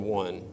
one